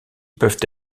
peuvent